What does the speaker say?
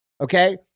okay